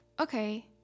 okay